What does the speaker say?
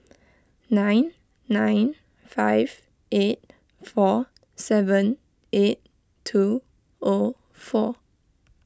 nine nine five eight four seven eight two O four